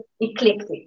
eclectic